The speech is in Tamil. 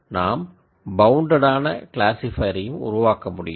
எனினும் நாம் பவுன்டட் ஆனா க்ளாசிஃபையரையும் உருவாக்க முடியும்